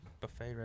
buffet